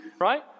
right